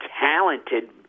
talented